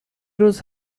روز